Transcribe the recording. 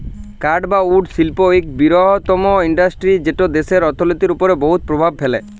কাঠ বা উড শিল্প ইক বিরহত্তম ইল্ডাসটিরি যেট দ্যাশের অথ্থলিতির উপর বহুত পরভাব ফেলে